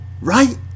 right